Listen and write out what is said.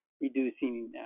reducing